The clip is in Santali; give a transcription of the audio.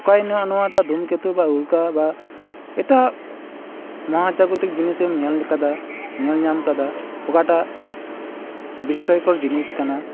ᱚᱠᱟᱭᱮᱱᱟ ᱱᱚᱣᱟᱴᱟᱜ ᱫᱷᱩᱢᱠᱮᱛᱩ ᱵᱟ ᱩᱞᱠᱟ ᱵᱟ ᱮᱴᱟᱜ ᱢᱟᱦᱟᱡᱟᱜᱚ ᱛᱤᱠ ᱡᱤᱱᱤᱥᱮᱢ ᱧᱮᱞ ᱟᱠᱟᱫᱟ ᱧᱮᱞ ᱧᱟᱢ ᱟᱠᱟᱫᱟ ᱚᱠᱟᱴᱟᱜ ᱵᱤᱥᱥᱚᱭᱠᱚᱨ ᱡᱤᱱᱤᱥ ᱠᱟᱱᱟ